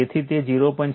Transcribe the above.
તેથી તે 0